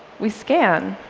we scan.